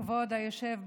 כבוד היושב בראש.